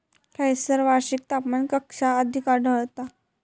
खैयसर वार्षिक तापमान कक्षा अधिक आढळता?